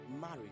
married